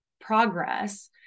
progress